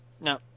No